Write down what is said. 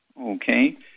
Okay